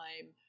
time